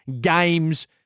games